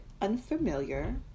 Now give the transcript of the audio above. unfamiliar